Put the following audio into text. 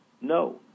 No